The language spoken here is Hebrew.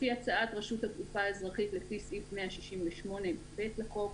לפי הצעת רשות התעופה האזרחית לפי סעיף 168(ב) לחוק,